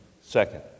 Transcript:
Second